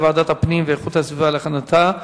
לוועדת הפנים והגנת הסביבה נתקבלה.